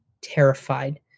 terrified